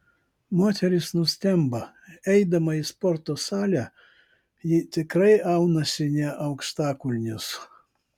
moteris nustemba eidama į sporto salę ji tikrai aunasi ne aukštakulnius